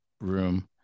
room